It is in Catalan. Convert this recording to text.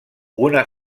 una